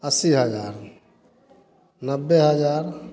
अस्सी हज़ार नब्बे हज़ार